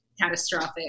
catastrophic